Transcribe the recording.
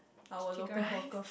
chi~ chicken-rice